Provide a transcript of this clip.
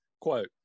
Quote